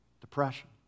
Depression